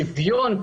שאני מגיע ממנו,